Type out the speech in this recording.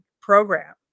program